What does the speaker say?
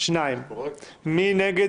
הצבעה בעד הרוויזיה 2 נגד,